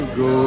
go